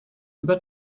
über